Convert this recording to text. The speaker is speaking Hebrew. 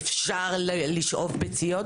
אפשר לשאוב ביציות.